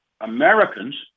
Americans